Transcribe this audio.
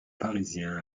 parisiens